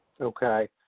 Okay